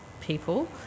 people